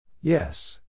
Yes